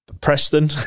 Preston